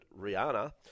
Rihanna